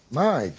my like